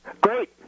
Great